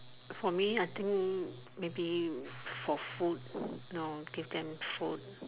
for me I think maybe for food know give them food